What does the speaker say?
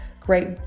great